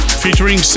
featuring